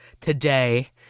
Today